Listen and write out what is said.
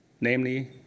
namely